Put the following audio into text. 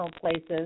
places